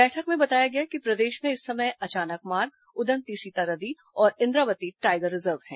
बैठक में बताया गया कि प्रदेश में इस समय अचानकमार उदन्ती सीतानदी और इन्द्रावती टाइगर रिजर्व हैं